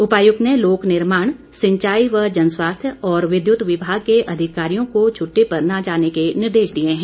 उपायुक्त ने लोक निर्माण सिंचाई व जनस्वास्थ्य और विद्युत विभाग के अधिकारियों को छुट्टी पर न जाने के निर्देश दिए हैं